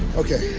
ok.